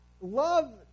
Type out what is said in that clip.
Love